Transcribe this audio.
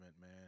man